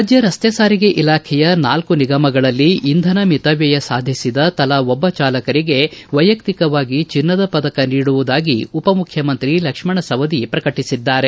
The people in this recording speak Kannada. ರಾಜ್ಯ ರಸ್ತೆ ಸಾರಿಗೆ ಇಲಾಖೆಯ ನಾಲ್ಕು ನಿಗಮಗಳಲ್ಲಿ ಇಂಧನ ಮಿತವ್ಯಯ ಸಾಧಿಸಿದ ತಲಾ ಒಬ್ಬ ಚಾಲಕರಿಗೆ ವೈಯಕ್ತಿಕವಾಗಿ ಚಿನ್ನದ ಪದಕ ನೀಡುವುದಾಗಿ ಉಪಮುಖ್ಯಮಂತ್ರಿ ಲಕ್ಷ್ಮಣ ಸವದಿ ಪ್ರಕಟಿಸಿದ್ದಾರೆ